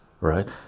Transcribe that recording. right